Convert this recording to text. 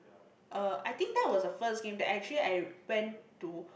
uh I think that was the first game that actually I went to